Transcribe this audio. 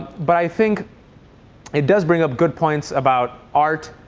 but i think it does bring up good points about art,